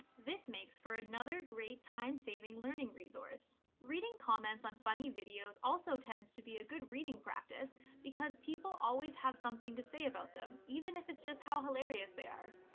this makes for another great time saving learning resource. reading comments on funny videos also tends to be a good reading practice because people always have something to say about them, even if it's just how hilarious they are.